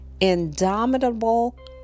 indomitable